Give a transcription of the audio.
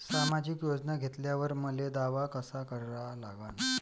सामाजिक योजना घेतल्यावर मले दावा कसा करा लागन?